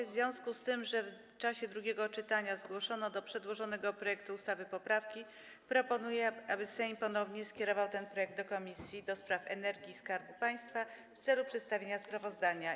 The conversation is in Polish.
W związku z tym, że w czasie drugiego czytania zgłoszono do przedłożonego projektu ustawy poprawki, proponuję, aby Sejm ponownie skierował ten projekt do Komisji do Spraw Energii i Skarbu Państwa w celu przedstawienia sprawozdania.